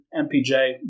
MPJ